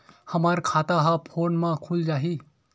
हमर खाता ह फोन मा खुल जाही?